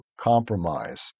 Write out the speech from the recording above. compromise